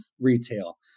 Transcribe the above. Retail